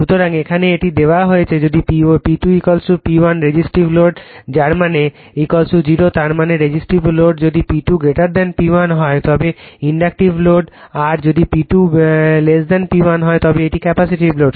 সুতরাং এখানে এটি দেওয়া হয়েছে যদি P2 P1 রেসিস্টিভ লোড যার মানে 0 তার মানে রেসিস্টিভ লোড যদি P2 P1 হয় তবে এটি ইন্ডাকটিভ লোড আর যদি P2 P1 হয় তবে এটি ক্যাপাসিটিভ লোড